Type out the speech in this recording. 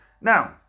Now